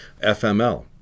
FML